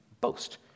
boast